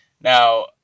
Now